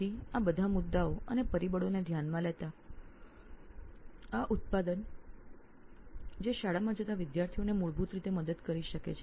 તો આ બધા મુદ્દાઓ અને પરિબળોને ધ્યાનમાં લેતા આ એવું ઉત્પાદન છે જે શાળાએ જતા વિદ્યાર્થીને મદદ કરી શકે છે